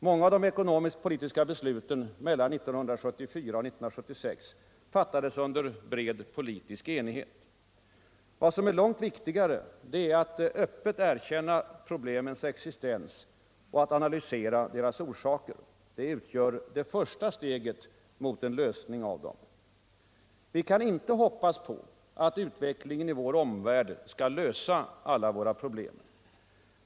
Många av de ekonomisk-politiska besluten mellan 1974 och 1976 fattades i bred politisk enighet. Vad som är långt viktigare är att öppet erkänna problemens existens och att analysera deras orsaker. Det utgör det första steget mot en lösning. Vi kan inte hoppas på att utvecklingen i vår omvärld skall lösa alla våra problem.